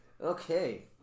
Okay